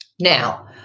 now